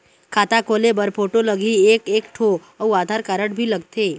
खाता खोले बर फोटो लगही एक एक ठो अउ आधार कारड भी लगथे?